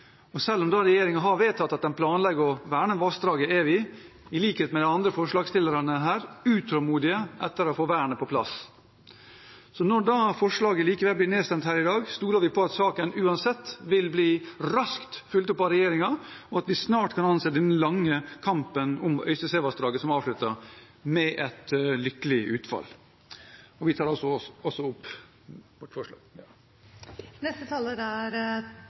nå. Selv om regjeringen har vedtatt at de planlegger å verne vassdraget, er vi – i likhet med de andre forslagsstillerne her – utålmodige etter å få vernet på plass. Så når forslaget likevel blir nedstemt her i dag, stoler vi på at saken uansett vil bli raskt fulgt opp av regjeringen, og at vi snart kan anse denne lange kampen om Øystesevassdraget som avsluttet – med et lykkelig utfall. Det er gledelig å høre samstemtheten i denne sal i dag. Vi